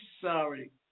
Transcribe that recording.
sorry